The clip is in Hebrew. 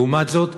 לעומת זאת,